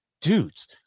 Dudes